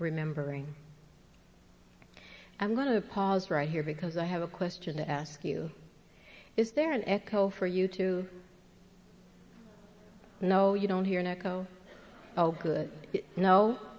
remembering i'm going to pause right here because i have a question to ask you is there an echo for you to know you don't hear an echo oh good